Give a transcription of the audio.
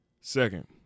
Second